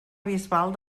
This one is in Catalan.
bisbal